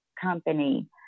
company